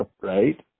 Right